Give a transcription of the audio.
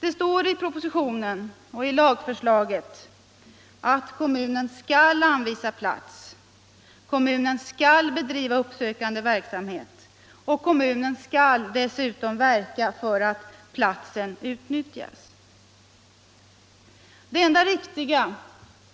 Det står i propositionen och i lagförslaget att kommun skall anvisa plats, skal! bedriva uppsökande verksamhet och dessutom skal! verka för utt platsen utnyttjas. Det enda riktiga